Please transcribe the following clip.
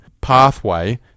pathway